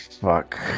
Fuck